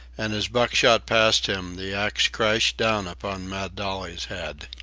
and as buck shot past him the axe crashed down upon mad dolly's head.